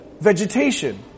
vegetation